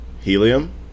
Helium